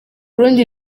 rundi